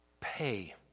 pay